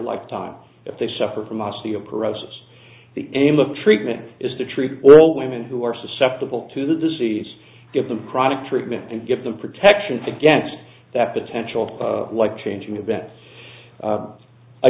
lifetime if they suffer from osteoporosis the aim of treatment is the tree or all women who are susceptible to the disease give them chronic treatment and give them protections against that potential like changing events